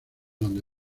donde